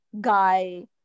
Guy